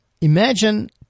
imagine